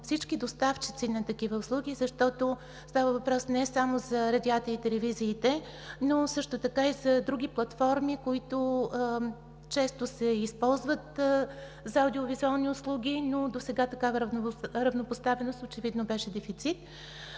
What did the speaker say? всички доставчици на такива услуги, защото става въпрос не само за радиата и телевизиите, а и за други платформи, които често се използват за аудио-визуални услуги, но досега такава равнопоставеност очевидно беше дефицит.